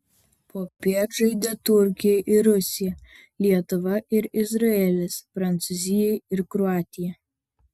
popiet žaidė turkija ir rusija lietuva ir izraelis prancūzija ir kroatija